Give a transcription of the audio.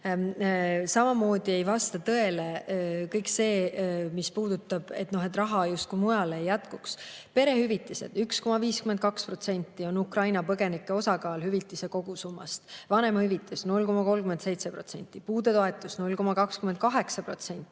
Samamoodi ei vasta tõele kõik see, mis puudutab seda, et raha justkui mujale ei jätkuks. Perehüvitised – 1,52% on Ukraina põgenike osakaal hüvitise kogusummas. Vanemahüvitis – 0,37%. Puudetoetus – 0,28%.